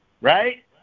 Right